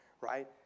right